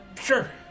Sure